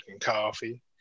coffee